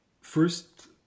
First